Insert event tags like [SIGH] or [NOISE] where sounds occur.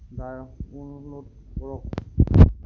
[UNINTELLIGIBLE] কৰক